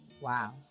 Wow